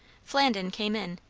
flandin came in.